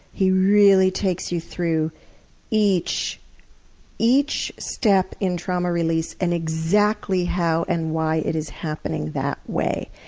he really takes you through each each step in trauma release and exactly how and why it is happening that way,